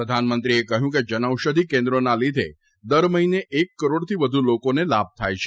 પ્રધાનમંત્રીએ કહ્યું કે જનઔષધિ કેન્રો ીના લીધે દર મહિને એક કરોડથી વધુ લોકોને લાભ થાય છે